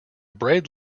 braid